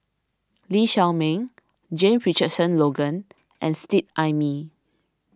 Lee Shao Meng James Richardson Logan and Seet Ai Mee